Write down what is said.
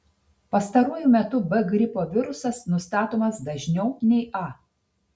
pastaruoju metu b gripo virusas nustatomas dažniau nei a